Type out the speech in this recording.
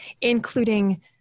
including